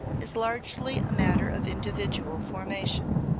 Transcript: is largely a matter of individual formation.